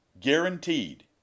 guaranteed